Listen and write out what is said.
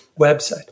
website